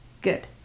Good